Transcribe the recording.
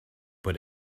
put